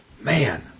Man